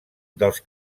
dels